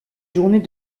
journées